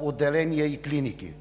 отделения и клиники.